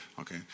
okay